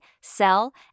sell